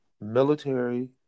Military